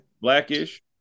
Blackish